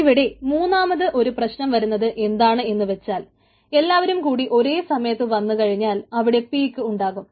ഇവിടെ മൂന്നാമത് ഒരു പ്രശ്നം വരുന്നത് എന്താണെന്നുവെച്ചാൽ എല്ലാവരും കൂടി ഒരേ സമയത്ത് വന്നു കഴിഞ്ഞാൽ അവിടെ പീക്ക് ഉണ്ടാകും